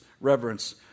reverence